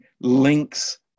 links